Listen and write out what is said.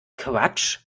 quatsch